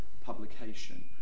publication